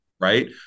Right